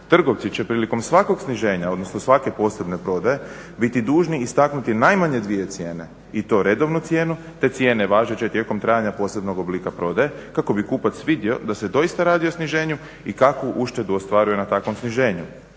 trgovci će prilikom svakog sniženja odnosno svake posebne prodaje biti dužni istaknuti najmanje dvije cijene i to redovnu cijenu te cijene važeće tijekom trajanja posebnog oblika prodaje kako bi kupac vidio da se doista radi o sniženju i kakvu uštedu ostvaruje na takvom sniženju.